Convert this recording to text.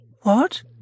What